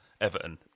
Everton